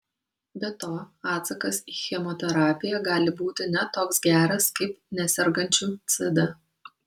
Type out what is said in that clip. be to atsakas į chemoterapiją gali būti ne toks geras kaip nesergančių cd